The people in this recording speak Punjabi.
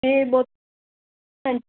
ਅਤੇ ਬਹੁਤ ਹਾਂਜੀ